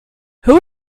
who